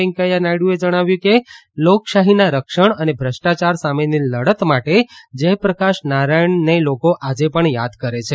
વૈંકેયા નાયડુએ જણાવ્યું કે લોકશાહીનૈ રક્ષણ અને ભ્રષ્ટાયાર સામેની લડત માટે જયપ્રકાશ નારાયણને લોકો આજે પણ યાદ કરે છે